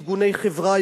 ארגוני חברה,